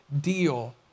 deal